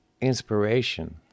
inspiration